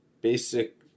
basic